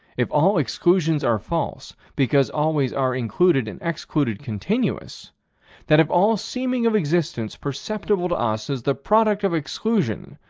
if all exclusions are false, because always are included and excluded continuous that if all seeming of existence perceptible to us is the product of exclusion,